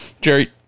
Jerry